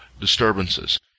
disturbances